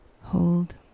hold